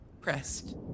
pressed